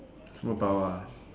superpower ah